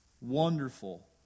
Wonderful